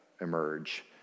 emerge